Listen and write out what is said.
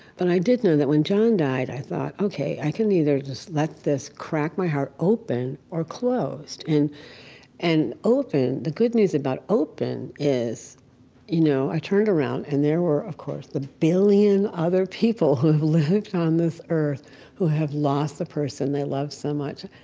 but i did know that when john died, i thought, ok, i can either just let this crack my heart open or closed. and and open, the good news about open is you know i turned around and there were of course the billion other people who who live on this earth who have lost a person they love so much.